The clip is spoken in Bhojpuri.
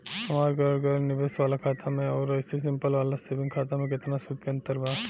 हमार करल गएल निवेश वाला खाता मे आउर ऐसे सिंपल वाला सेविंग खाता मे केतना सूद के अंतर बा?